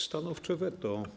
Stanowcze weto.